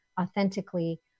authentically